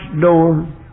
door